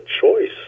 choice